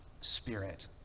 spirit